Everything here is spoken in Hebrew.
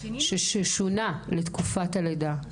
ששונה לתקופת הלידה,